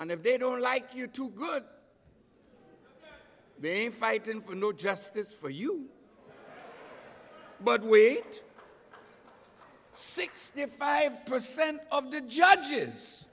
and if they don't like you too good game fighting for justice for you but we sixty five percent of the judges